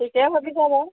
ঠিকে ভাবিছা বাৰু